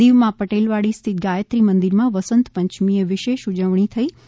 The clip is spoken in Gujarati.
દીવમાં પટેલવાડી સ્થિત ગાયત્રી મંદિરમાં વસંતપંયમીએ વિશેષ ઉજવણી થાયછે